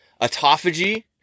Autophagy